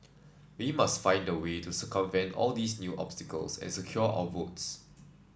we must find a way to circumvent all these new obstacles and secure our votes